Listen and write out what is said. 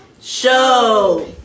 show